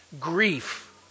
grief